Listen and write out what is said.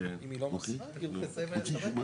אין זכות ערר כזאת,